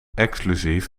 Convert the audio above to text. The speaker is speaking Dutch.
exclusief